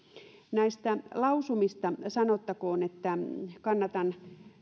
näistä lausumista sanottakoon että kannatan